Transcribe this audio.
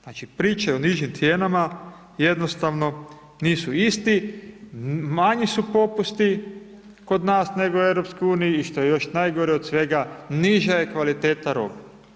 Znači priče o nižim cijenama jednostavno nisu isti, manji su popusti kod nas nego u EU i što je još najgore od svega niža je kvaliteta robe.